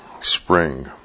spring